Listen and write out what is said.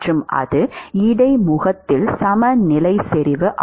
மற்றும் அது இடைமுகத்தில் சமநிலை செறிவு ஆகும்